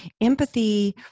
Empathy